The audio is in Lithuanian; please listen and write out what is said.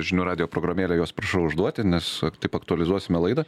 žinių radijo programėlę juos prašau užduoti nes taip aktualizuosime laidą